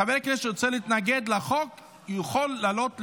חבר כנסת שרוצה להתנגד לחוק יכול לעלות להתנגד,